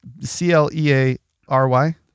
C-L-E-A-R-Y